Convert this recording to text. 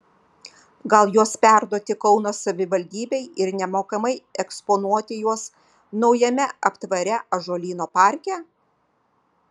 gal juos perduoti kauno savivaldybei ir nemokamai eksponuoti juos naujame aptvare ąžuolyno parke